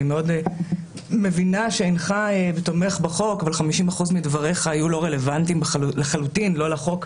מבינה שאינך תומך בחוק היו לא רלוונטיים לחלוטין,